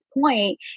point